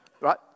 Right